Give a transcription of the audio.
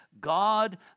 God